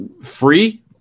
free